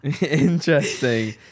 Interesting